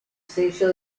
sello